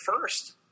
first